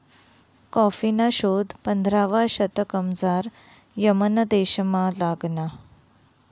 कॉफीना शोध पंधरावा शतकमझाऱ यमन देशमा लागना